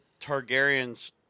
Targaryens